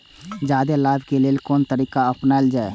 जादे लाभ के लेल कोन तरीका अपनायल जाय?